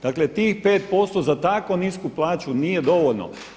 Dakle tih 5% za tako nisku plaću nije dovoljno.